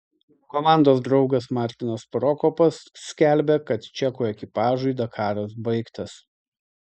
komandos draugas martinas prokopas skelbia kad čekų ekipažui dakaras baigtas